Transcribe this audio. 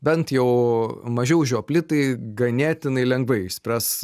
bent jau mažiau žiopli tai ganėtinai lengvai išspręs